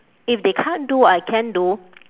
if they can't do I can do